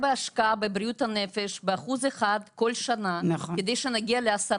הפסיכיאטריים, המרפאות הציבוריות, ותנאי העבודה של